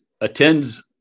attends